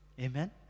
Amen